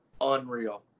Unreal